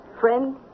friend